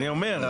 אני אומר,